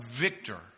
victor